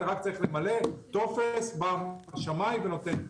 אתה רק צריך למלא טופס, בא שמאי ונותן.